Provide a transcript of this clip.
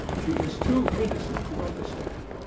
she is too innocent to understand.